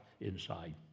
inside